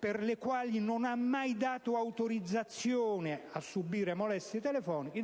per le quali non ha mai dato autorizzazione a subire molestie telefoniche)